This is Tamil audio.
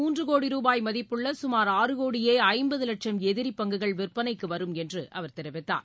மூன்று கோடி ரூபாய் மதிப்புள்ள சுமார் ஆறு கோடியே ஐம்பது லட்சம் எதிரி பங்குகள் விற்பனைக்கு வரும் என்று அவர் தெரிவித்தார்